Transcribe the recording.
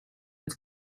its